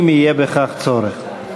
אם יהיה בכך צורך.